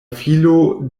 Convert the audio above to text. filo